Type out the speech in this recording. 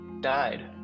died